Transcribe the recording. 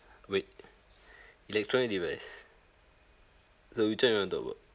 wait electronic device so which one you want to talk about